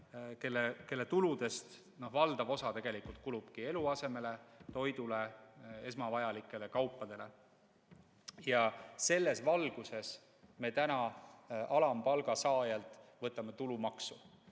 kelle tuludest valdav osa kulubki eluasemele, toidule, esmavajalikele kaupadele. Selles valguses me võtame alampalga saajalt tulumaksu.